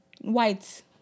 White